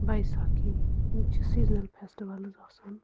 بایٔساکی یِم چھِ seasonal festivals آسان